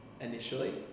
initially